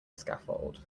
scaffold